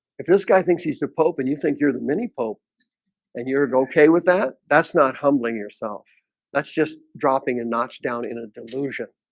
if this guy thinks he's the pope and you think you're the mini pope and you're and okay with that that's not humbling yourself that's just dropping a and notch down in a delusion